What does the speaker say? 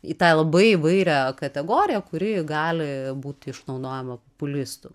į tą labai įvairią kategoriją kuri gali būti išnaudojama populistų